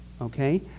Okay